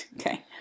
Okay